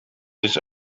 this